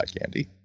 Andy